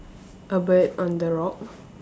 a bird on the rock